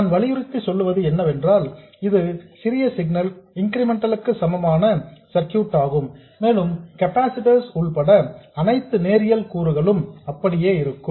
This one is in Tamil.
நான் வலியுறுத்தி சொல்லுவது என்னவென்றால் இது சிறிய சிக்னல் இன்கிரிமெண்டல் க்கு சமமான சர்க்யூட் ஆகும் மேலும் கெபாசிட்டர்ஸ் உள்பட அனைத்து நேரியல் கூறுகளும் அப்படியே இருக்கும்